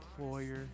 employer